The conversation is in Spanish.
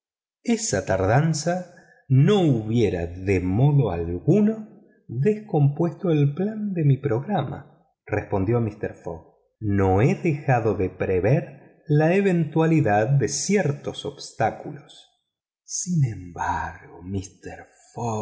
esta tardanza no hubiera de modo alguno descompuesto el plan de mi programa respondió mister fogg no he dejado de prever la eventualidad de ciertos obstáculos sin embargo mister